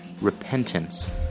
repentance